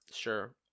sure